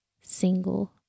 single